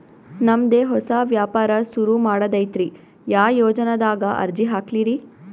ನಮ್ ದೆ ಹೊಸಾ ವ್ಯಾಪಾರ ಸುರು ಮಾಡದೈತ್ರಿ, ಯಾ ಯೊಜನಾದಾಗ ಅರ್ಜಿ ಹಾಕ್ಲಿ ರಿ?